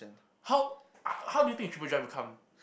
how how do you think the triple drive will come